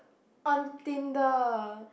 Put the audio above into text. on Tinder